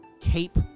cape